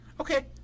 Okay